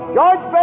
George